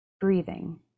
Breathing